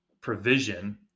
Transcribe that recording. provision